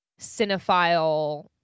cinephile